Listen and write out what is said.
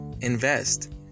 Invest